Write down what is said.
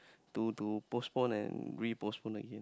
to to postpone and re postpone again